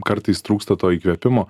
kartais trūksta to įkvėpimo